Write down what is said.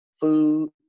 food